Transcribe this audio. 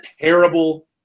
terrible